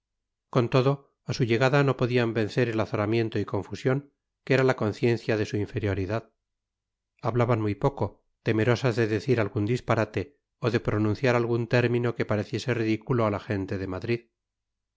con todo a su llegada no podían vencer el azoramiento y confusión que era la conciencia de su inferioridad hablaban muy poco temerosas de decir algún disparate o de pronunciar algún término que pareciese ridículo a la gente de madrid